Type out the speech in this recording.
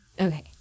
Okay